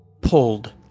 pulled